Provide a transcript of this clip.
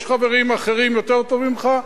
יש חברים אחרים יותר טובים ממך,